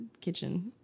kitchen